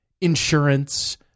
insurance